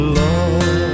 love